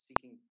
seeking